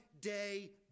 day